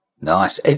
Nice